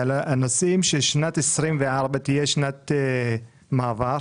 שנת 2024 תהיה שנת מעבר,